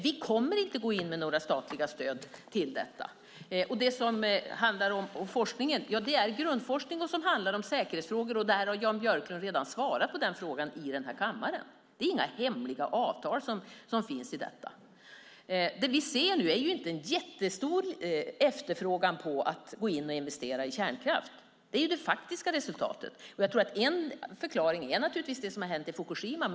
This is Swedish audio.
Vi kommer inte att gå in med några statliga stöd till detta. När det gäller frågan om forskningen är det grundforskningen som handlar om säkerhetsfrågor, och Jan Björklund har redan svarat på frågan i den här kammaren. Det är inga hemliga avtal som finns i detta. Det vi ser nu är inte en jättestor efterfrågan på att gå in och investera i kärnkraft. Det är det faktiska resultatet. Jag tror att en förklaring naturligtvis är det som har hänt i Fukushima.